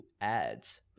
ads